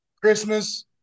Christmas